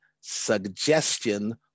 suggestion